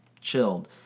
chilled